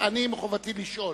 מחובתי לשאול.